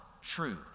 true